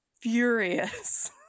furious